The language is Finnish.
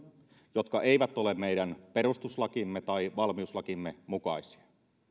jotka eivät ole meidän perustuslakimme tai valmiuslakimme mukaisia